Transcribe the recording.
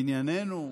בענייננו,